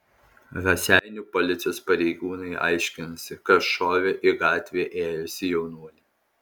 raseinių policijos pareigūnai aiškinasi kas šovė į gatve ėjusį jaunuolį